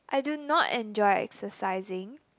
I do not enjoy exercising